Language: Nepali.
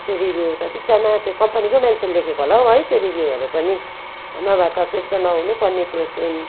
त्यो रिभ्यूहरू त बिच्चामा त्यो कम्पनीकै मान्छेले लेखेको होला हौ है त्यो रिभ्यूहरू पनि नभए त त्यस्तो नहुनुपर्ने त्यो क्रिम